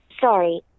Sorry